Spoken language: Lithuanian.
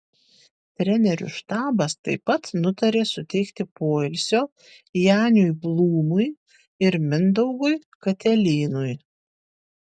trenerių štabas taip pat nutarė suteikti poilsio janiui blūmui ir mindaugui katelynui